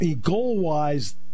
Goal-wise